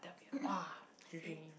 !wah! dream